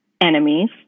enemies